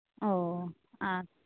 ᱚᱻ ᱟᱨ